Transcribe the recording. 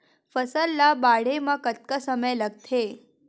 फसल ला बाढ़े मा कतना समय लगथे?